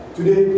Today